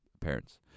parents